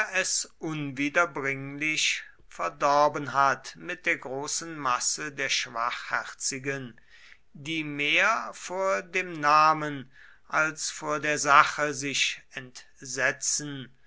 es unwiederbringlich verdorben hat mit der großen masse der schwachherzigen die mehr vor dem namen als vor der sache sich entsetzen